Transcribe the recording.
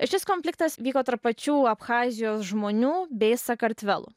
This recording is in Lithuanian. šis konfliktas vyko tarp pačių abchazijos žmonių bei sakartvelo